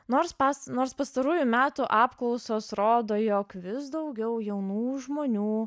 nors pats nors pastarųjų metų apklausos rodo jog vis daugiau jaunų žmonių